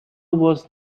was